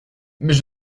mais